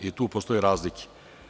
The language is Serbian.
I, tu postoje razlike.